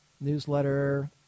Newsletter